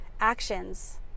actions